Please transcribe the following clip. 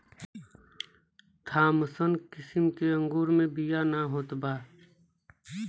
Thompson किसिम के अंगूर मे बिया ना होत बा